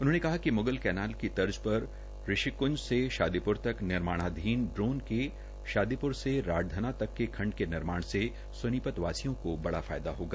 उन्होंने कहा कि मुगल कैनाल की तर्ज पर ऋषिप्ंज से शादीपरु तक निर्माणाधीन ड्रेन के शादीप्र से राठधना तक के खंड के निर्माणसे सोनीपत वासियों को बड़ा फायदा होगा